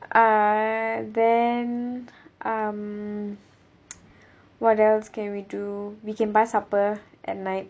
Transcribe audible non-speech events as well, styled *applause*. uh then um *noise* what else can we do we can buy supper at night